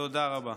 תודה רבה.